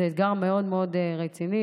זה אתגר מאוד מאוד רציני,